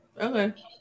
okay